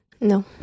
No